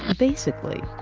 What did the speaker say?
ah basically,